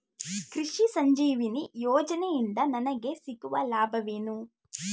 ಕೃಷಿ ಸಂಜೀವಿನಿ ಯೋಜನೆಯಿಂದ ನನಗೆ ಸಿಗುವ ಲಾಭವೇನು?